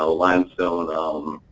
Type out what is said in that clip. ah limestone, and um